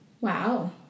Wow